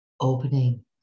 opening